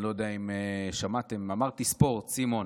אני לא יודע שמעתם אמרתי "ספורט", סימון,